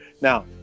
Now